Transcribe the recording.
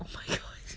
oh my god